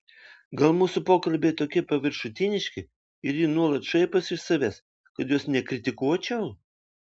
gal mūsų pokalbiai tokie paviršutiniški ir ji nuolat šaiposi iš savęs kad jos nekritikuočiau